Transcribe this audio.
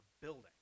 building